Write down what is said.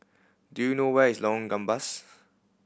do you know where is Lorong Gambas